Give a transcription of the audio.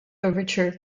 overture